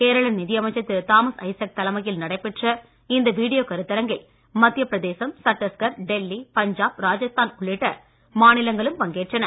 கேரள நிதியமைச்சர் திரு தாமஸ் ஐசக் தலைமையில் நடைபெற்ற இந்த வீடியோ கருத்தரங்கில் மத்தியபிரதேசம் சட்டீஸ்கர் டெல்லி பஞ்சாப் ராஜஸ்தான் உள்ளிட்ட மாநிலங்களும் பங்கேற்றன